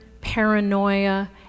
paranoia